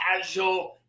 casual